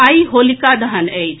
आइ होलिका दहन अछि